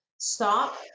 stop